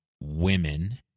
women